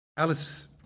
Alice